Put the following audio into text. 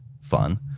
fun